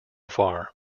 far